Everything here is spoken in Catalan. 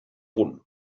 punt